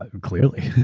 ah clearly.